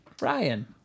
Ryan